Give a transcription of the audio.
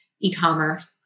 e-commerce